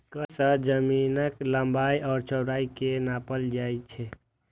कड़ी सं जमीनक लंबाइ आ चौड़ाइ कें नापल जाइ छै